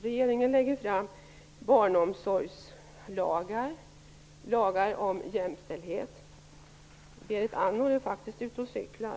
Regeringen lägger fram förslag om barnomsorgslagar och lagar om jämställdhet. Berit Andnor är faktiskt ute och cyklar.